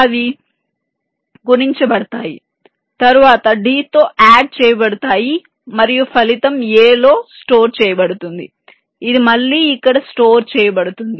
అవి గుణించబడతాయి తరువాత d తో యాడ్ చేయబడతాయి మరియు ఫలితం a లో స్టోర్ చేయబడుతుంది ఇది మళ్ళీ ఇక్కడ స్టోర్ చేయబడుతుంది